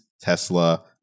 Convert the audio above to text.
Tesla